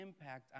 impact